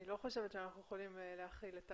אני לא חושבת שאנחנו יכולים להחיל.